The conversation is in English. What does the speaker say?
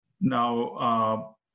Now